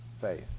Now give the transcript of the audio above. faith